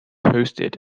hosted